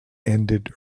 ended